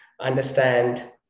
understand